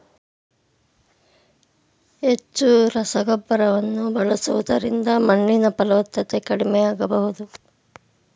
ಹೆಚ್ಚು ರಸಗೊಬ್ಬರವನ್ನು ಬಳಸುವುದರಿಂದ ಮಣ್ಣಿನ ಫಲವತ್ತತೆ ಕಡಿಮೆ ಆಗಬಹುದೇ?